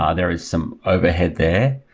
ah there is some overhead there.